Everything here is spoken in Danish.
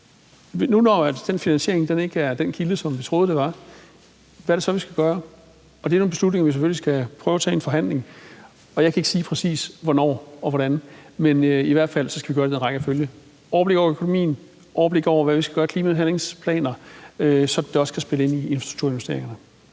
den finansiering ikke er den kilde, som vi troede den var, tage stilling til, hvad det så er, vi skal gøre. Det er jo selvfølgelig nogle beslutninger, som vi skal prøve at tage i en forhandling, og jeg kan ikke sige præcis hvornår og hvordan, men vi skal i hvert fald gøre det i den rækkefølge, hvor vi har overblik over økonomien og overblik over, hvad vi skal gøre af klimahandlingsplaner, sådan at det også kan spille ind i infrastrukturinvesteringerne.